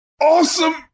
awesome